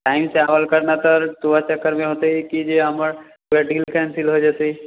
टाइमसँ आवल कर नहि तऽ तोहर चक्करमे होतै कि जे हमर पूरा डील कैंसिल हो जेतै